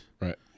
right